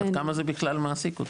עד כמה זה בכלל מעסיק אותו?